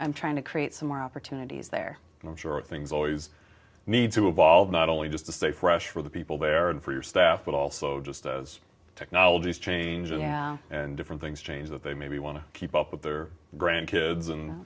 i'm trying to create some more opportunities there and i'm sure things always need to evolve not only just to stay fresh for the people there and for your staff but also just as technology is changing and different things change that they maybe want to keep up with their grandkids and